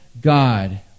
god